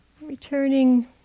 Returning